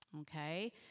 Okay